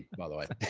by the way.